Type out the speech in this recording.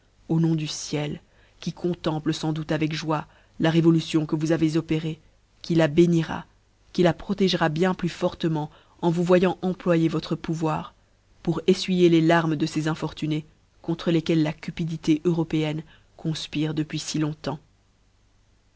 au nom du ciel qui contemple fans doute avec joie la révolution que vous avez opérée qui la bénira qui la protégera bien plus fortement en vous voyant employer votre pouvoir pour effuyer les larmes de ces infortunés contre jefquels la cupidité eu ropéenne confpire depuis fi longtemps